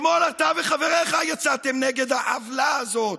אתמול אתה וחבריך יצאתם נגד העוולה הזאת,